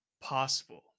possible